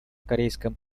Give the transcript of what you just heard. корейском